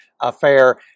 affair